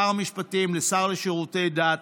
משר המשפטים לשר לשירותי דת.